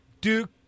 Duke